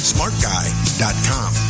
SmartGuy.com